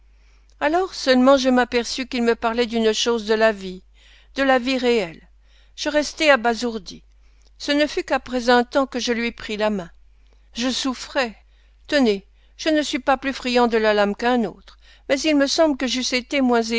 alors seulement je m'aperçus qu'il me parlait d'une chose de la vie de la vie réelle je restai abasourdi ce ne fut qu'après un temps que je lui pris la main je souffrais tenez je ne suis pas plus friand de la lame qu'un autre mais il me semble que